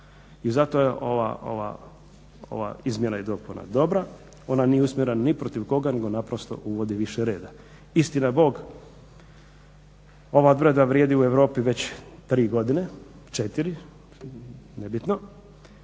I zato je ova izmjena i dopuna dobra. Ona nije usmjerena ni protiv koga, nego naprosto uvodi više reda. Istina Bog ova odredba vrijedi u Europi 3 godine, 4, nebitno